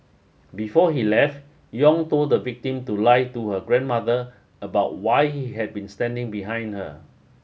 before he left Yong told the victim to lie to her grandmother about why he had been standing behind her